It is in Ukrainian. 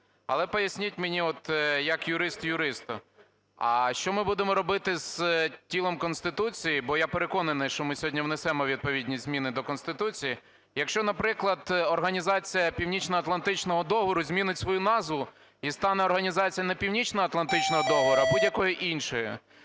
але поясніть мені от як юрист юристу, а що ми будемо робити з тілом Конституції, бо я переконаний, що ми сьогодні внесемо відповідні зміни до Конституції, якщо, наприклад, Організація Північноатлантичного договору змінить свою назву і стане Організація не Північноатлантичного договору, а будь-якою іншою?